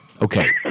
Okay